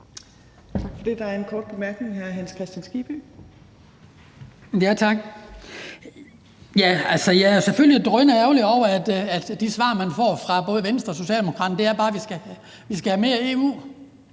Jeg er selvfølgelig drønærgerlig over, at de svar, man får fra både Venstre og Socialdemokraterne, er, at vi bare skal have mere EU.